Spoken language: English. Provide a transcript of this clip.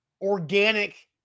organic